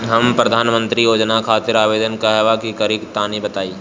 हम प्रधनमंत्री योजना खातिर आवेदन कहवा से करि तनि बताईं?